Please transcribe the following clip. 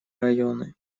районы